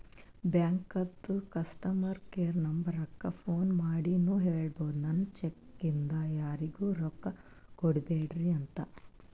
ಬ್ಯಾಂಕದು customer care ನಂಬರಕ್ಕ phone ಮಾಡಿನೂ ಹೇಳ್ಬೋದು, ನನ್ ಚೆಕ್ ಇಂದ ಯಾರಿಗೂ ರೊಕ್ಕಾ ಕೊಡ್ಬ್ಯಾಡ್ರಿ ಅಂತ